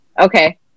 Okay